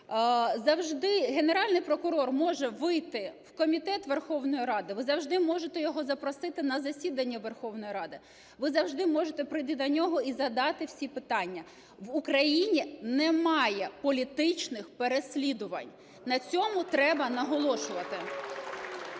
Генеральний прокурор може вийти в комітет Верховної Ради, ви завжди можете його запросити на засідання Верховної Ради, ви завжди можете прийти до нього і задати всі питання. В Україні немає політичних переслідувань, на цьому треба наголошувати,